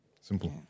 Simple